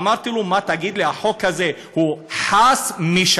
ואמרתי לו: מה, תגיד לי, החוק הזה חס משלום?